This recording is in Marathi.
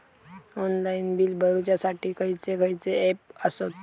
ऑनलाइन बिल भरुच्यासाठी खयचे खयचे ऍप आसत?